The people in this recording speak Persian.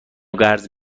قرض